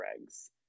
eggs